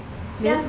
hmm